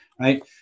right